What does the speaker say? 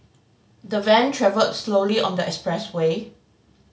the van travelled slowly on the expressway